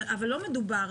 אבל לא מדובר.